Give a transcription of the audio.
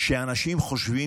שאנשים חושבים